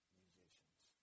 musicians